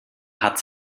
hat